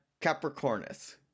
Capricornus